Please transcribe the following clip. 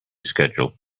schedule